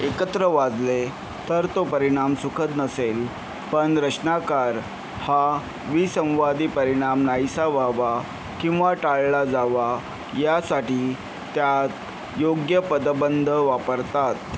एकत्र वाजले तर तो परिणाम सुखद नसेल पण रचनाकार हा विसंवादी परिणाम नाहीसा व्हावा किंवा टाळला जावा यासाठी त्यात योग्य पदबंध वापरतात